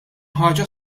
ħaġa